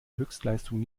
höchstleistung